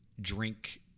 drink